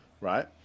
right